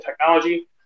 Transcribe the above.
technology